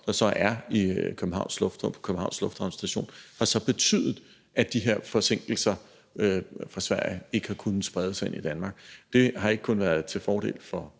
der så er på Københavns Lufthavns Station, har så betydet, at de her forsinkelser fra Sverige ikke har kunnet sprede sig ind i Danmark. Det har ikke kun været til fordel for